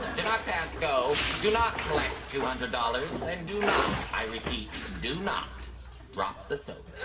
do not pass go. do not collect two hundred dollars. and do not, i repeat, do not drop the soap.